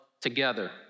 together